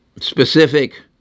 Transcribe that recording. specific